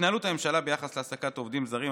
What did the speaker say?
התנהלות הממשלה ביחס להעסקת עובדים זרים,